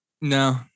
No